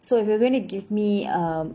so if you're going to give me um